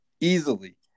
easily